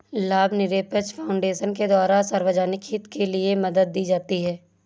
लाभनिरपेक्ष फाउन्डेशन के द्वारा सार्वजनिक हित के लिये मदद दी जाती है